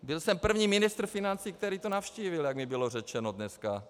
Byl jsem první ministr financí, který to navštívil, jak mi bylo řečeno dneska.